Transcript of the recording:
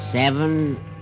Seven